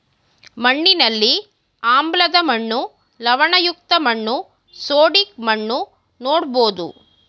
ಮಣ್ಣಿನಲ್ಲಿ ಆಮ್ಲದ ಮಣ್ಣು, ಲವಣಯುಕ್ತ ಮಣ್ಣು, ಸೋಡಿಕ್ ಮಣ್ಣು ನೋಡ್ಬೋದು